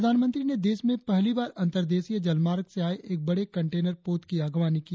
प्रधानमंत्री ने देश में पहली बार अंतरदेशीय जलमार्ग से आये एक बड़े कंटेनर पोत की अगवानी की